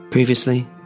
Previously